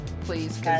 please